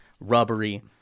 rubbery